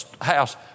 house